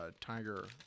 Tiger